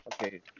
okay